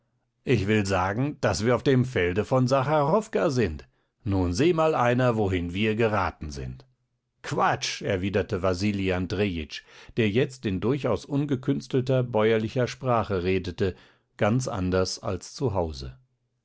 ich will sagen daß wir auf dem felde von sacharowka sind nun seh mal einer wohin wir geraten sind quatsch erwiderte wasili andrejitsch der jetzt in durchaus ungekünstelter bäuerlicher sprache redete ganz anders als